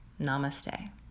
Namaste